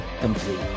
Complete